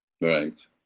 right